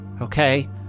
okay